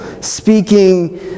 Speaking